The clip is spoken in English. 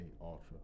ultra